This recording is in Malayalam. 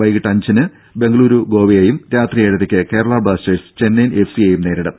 വൈകിട്ട് അഞ്ചിന് ബെങ്കലുരു ഗോവയെയും രാത്രി ഏഴരയ്ക്ക് കേരള ബ്ലാസ്റ്റേഴ്സ് ചെന്നൈയിൻ എഫ് സിയെയും നേരിടും